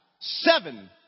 Seven